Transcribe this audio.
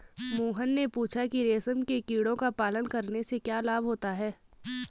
मोहन ने पूछा कि रेशम के कीड़ों का पालन करने से क्या लाभ होता है?